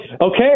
Okay